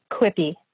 quippy